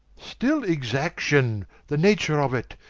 still exaction the nature of it,